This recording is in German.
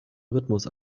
rhythmus